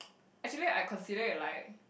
actually I consider it like